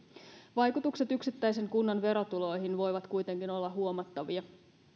vaikutukset yksittäisen kunnan verotuloihin voivat kuitenkin olla huomattavia